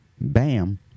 Bam